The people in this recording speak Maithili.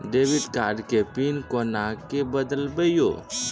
डेबिट कार्ड के पिन कोना के बदलबै यो?